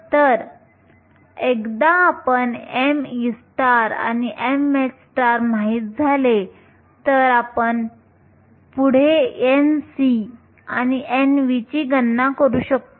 तर एकदा me आणि mh माहित झाले तर आपण पुढे जाऊन Nc आणि Nv ची गणना करू शकतो